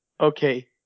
okay